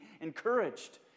encouraged